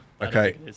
Okay